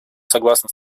согласна